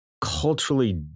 culturally